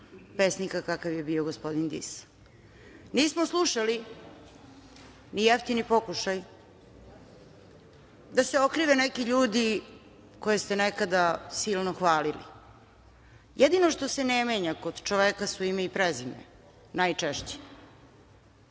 pesnika kakav je bio gospodin Dis. Nismo slušali ni jeftini pokušaj da se okrive neki ljudi koje ste nekada silno hvalili. Jedino što se ne menja kod čoveka su ime i prezime, najčešće.I